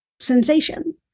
sensation